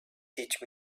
teach